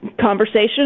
conversation